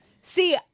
See